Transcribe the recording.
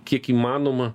kiek įmanoma